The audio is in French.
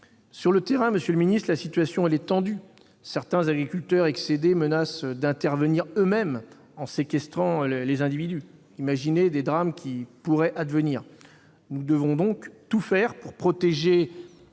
Sur le terrain, monsieur le secrétaire d'État, la situation est tendue. Certains agriculteurs, excédés, menacent d'intervenir eux-mêmes en séquestrant les individus. Imaginez les drames qui pourraient advenir ! Nous devons donc tout faire pour protéger